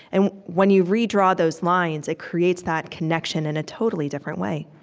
and when you redraw those lines, it creates that connection in a totally different way